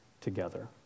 together